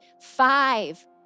five